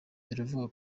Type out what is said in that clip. biravugwa